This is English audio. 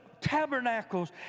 Tabernacles